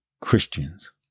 Christians